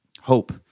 hope